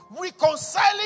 reconciling